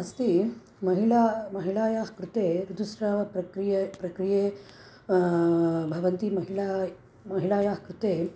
अस्ति महिला महिलायाः कृते ऋतुस्रावप्रक्रिये प्रक्रिये भवन्ति महिला महिलायाः कृते